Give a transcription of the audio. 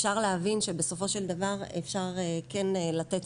אפשר להבין שבסופו של דבר אפשר כן לתת